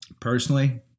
Personally